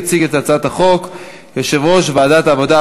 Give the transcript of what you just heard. יציג את הצעת החוק יושב-ראש ועדת העבודה,